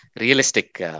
realistic